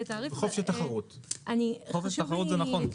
חופש תחרות זה נכון,